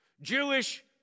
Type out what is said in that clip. Jewish